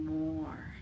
more